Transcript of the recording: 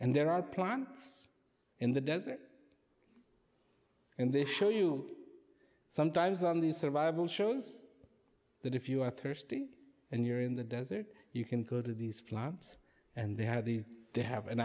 and there are plants in the desert and this show you sometimes on the survival shows that if you're thirsty and you're in the desert you can go to these clubs and they have these they have in